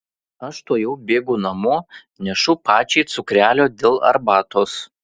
aš tuojau bėgu namo nešu pačiai cukrelio dėl arbatos